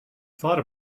thought